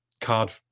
card